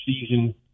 season